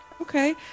Okay